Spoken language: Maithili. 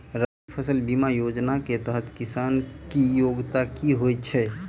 रबी फसल बीमा योजना केँ तहत किसान की योग्यता की होइ छै?